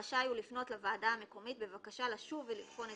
רשאי הוא לפנות לוועדה המקומית בבקשה לשוב ולבחון את